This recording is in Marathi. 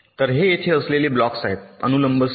तर हे येथे असलेले ब्लॉक्स आहेत अनुलंब सीमा